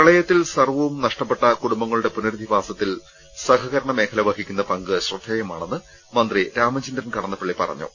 പ്രപളയത്തിൽ സർവവും നഷ്ടപ്പെട്ട കുടുംബങ്ങളുടെ പുനരധിവാസത്തിൽ സഹകരണമേഖല വഹിക്കുന്ന പങ്ക് ശ്രദ്ധേയമാണെന്ന് മന്ത്രി രാമചന്ദ്രൻ കടന്നപ്പള്ളി പറഞ്ഞു